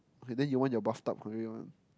okay then you want your bathtub one